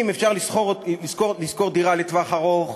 אם אפשר לשכור דירה לטווח ארוך,